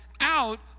out